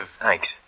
Thanks